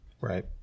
Right